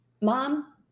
mom